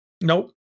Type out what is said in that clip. Nope